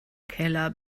keller